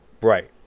Right